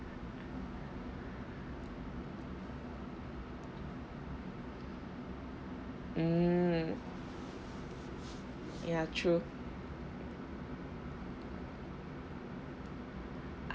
mm ya true